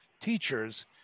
teachers